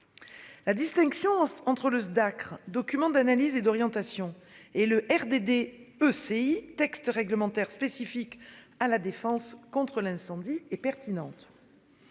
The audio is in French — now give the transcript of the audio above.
La distinction entre le Dacr documents d'analyse et d'orientation et le REDD ECI textes réglementaires spécifiques à la défense contre l'incendie et pertinente.